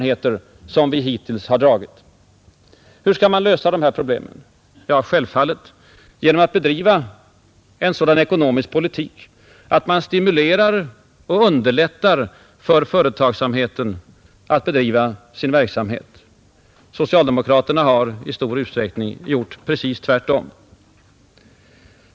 Hur skall man lösa problemen? Ja, självfallet genom att bedriva en sådan ekonomisk politik att man stimulerar företagsamheten och underlättar för den att bedriva en framgångsrik verksamhet. Socialdemokraterna har i stor utsträckning gjort precis tvärtom.